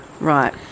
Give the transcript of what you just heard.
right